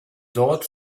dort